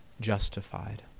justified